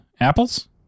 apples